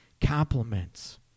compliments